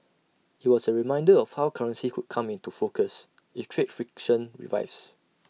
IT was A reminder of how currency could come into focus if trade friction revives